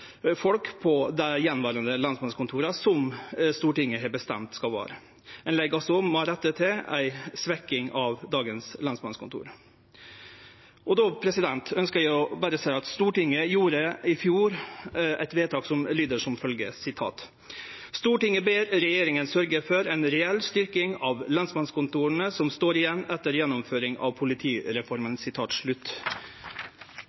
folk på dei attverande lensmannskontora enn Stortinget har bestemt at det skal vere. Ein legg altså opp til ei svekking av dagens lensmannskontor. Då ønskjer eg berre å seie at Stortinget i fjor gjorde eit vedtak som lyder: «Stortinget ber regjeringen sørge for en reell styrking av de lensmannskontorene som står igjen etter gjennomføringen av